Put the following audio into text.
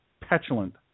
petulant